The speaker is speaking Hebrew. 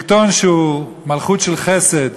שלטון שהוא מלכות של חסד,